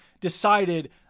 decided